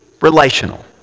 relational